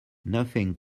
nothing